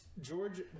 George